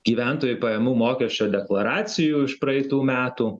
gyventojų pajamų mokesčio deklaracijų iš praeitų metų